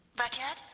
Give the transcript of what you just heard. rudyard?